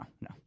no